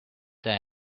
her